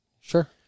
Sure